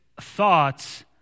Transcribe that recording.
thoughts